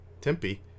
Tempe